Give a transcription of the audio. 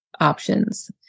options